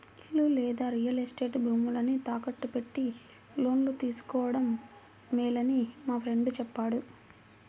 ఇల్లు లేదా real estate భూములను తాకట్టు పెట్టి లోను తీసుకోడం మేలని మా ఫ్రెండు చెప్పాడు